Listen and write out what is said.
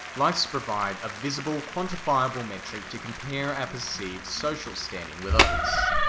likes provide a visible, quantifiable metric to compare our perceived social standing with others.